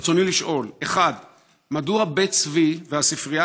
רצוני לשאול: 1. מדוע בית צבי והספרייה